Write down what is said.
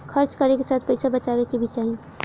खर्च करे के साथ पइसा बचाए के भी चाही